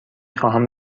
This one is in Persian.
خواهم